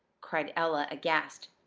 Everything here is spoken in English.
cried ella, aghast.